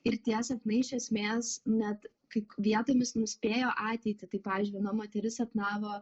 ir tie sapnai iš esmės net kaip vietomis nuspėjo ateitį tai pavyzdžiui viena moteris sapnavo